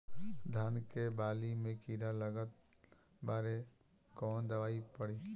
धान के बाली में कीड़ा लगल बाड़े कवन दवाई पड़ी?